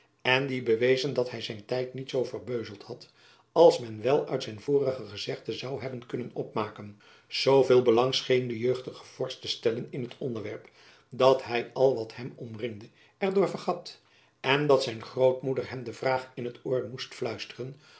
en die bewezen dat hy zijn tijd niet zoo verbeuzeld had als men wel uit zijn vorige gezegde zoû hebben kunnen opmaken zooveel belang scheen de jeugdige vorst te stellen in het onderwerp dat hy al wat hem omringde er door vergat en dat zijn grootmoeder hem de vraag in t oor moest komen fluisteren